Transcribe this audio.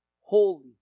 Holy